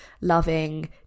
loving